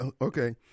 Okay